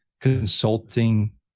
consulting